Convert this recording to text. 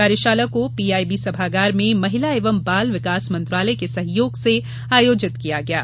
कार्यशाला को पीआईबी सभागार में महिला एवं बाल विकास मंत्रालय के सहयोग से आयोजित किया गया है